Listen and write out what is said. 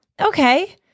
okay